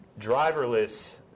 driverless